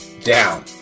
down